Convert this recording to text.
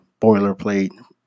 boilerplate